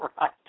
right